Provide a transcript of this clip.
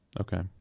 Okay